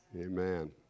Amen